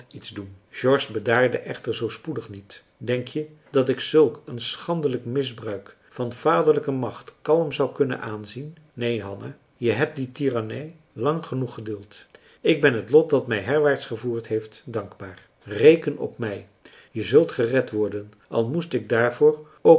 iets doen george bedaarde echter zoo spoedig niet denk je dat ik zulk een schandelijk misbruik van vaderlijke macht kalm zou kunnen aanzien neen hanna je hebt die tirannij lang genoeg geduld ik ben het lot dat mij herwaarts gevoerd heeft dankbaar reken op mij je zult gered worden al moest ik daarvoor